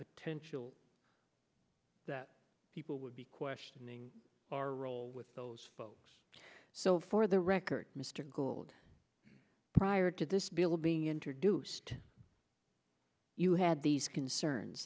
potential that people would be questioning our role with those folks so for the record mr gould prior to this bill being introduced you had these concerns